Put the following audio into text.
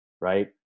right